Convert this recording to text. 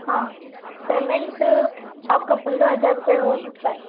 हाँ पेमेंट आपका पंद्रह हजार रुपए हो सकता है